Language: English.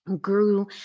grew